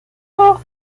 bauch